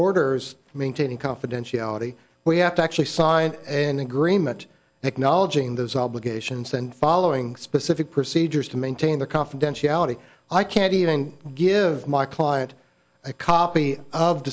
orders maintaining confidentiality we have to actually sign an agreement acknowledging those obligations and following specific procedures to maintain the confidentiality i can't even give my client a copy of